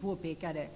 påpekade.